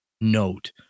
note